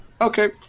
Okay